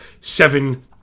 seven